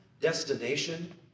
destination